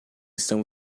estão